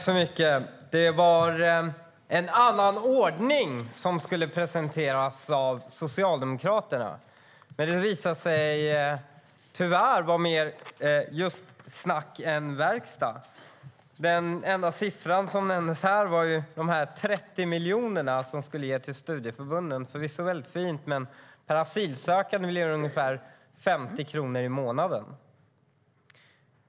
Herr talman! Det var en annan ordning som skulle presenteras av Socialdemokraterna. Men det visade sig tyvärr vara mer snack än verkstad. Den enda siffra som nämndes här var de 30 miljoner som skulle ges till studieförbunden. Det är förvisso väldigt fint. Men per asylsökande blir det ungefär 50 kronor i månaden.